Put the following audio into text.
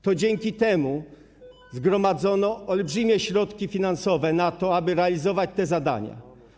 To dzięki temu zgromadzono olbrzymie środki finansowe na to, aby realizować te zadania.